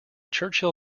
churchill